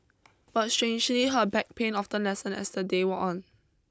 but strangely her back pain often lessened as the day wore on